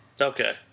Okay